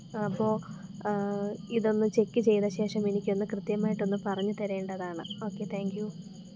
അപ്പോൾ ഇതൊന്ന് ചെക്ക് ചെയ്ത ശേഷം എനിക്കൊന്ന് കൃത്യമായിട്ടൊന്ന് പറഞ്ഞ് തരേണ്ടതാണ് ഓക്കെ താങ്ക് യൂ